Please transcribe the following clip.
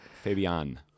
Fabian